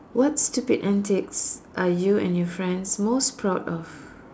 what stupid antics are you and your friends most proud of